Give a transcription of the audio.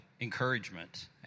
encouragement